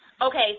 Okay